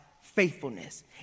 faithfulness